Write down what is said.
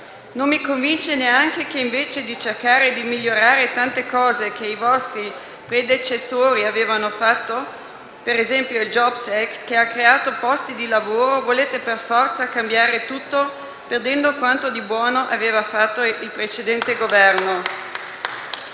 Non mi convince neanche che, invece di cercare di migliorare tante cose che i vostri predecessori hanno fatto - come, ad esempio, il *jobs act*, che ha creato posti di lavoro - volete per forza cambiare tutto, perdendo quanto di buono ha fatto il precedente Governo.